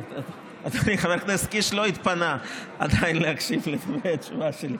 חבר הכנסת קיש לא התפנה עדיין להקשיב לתשובה שלי.